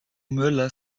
möller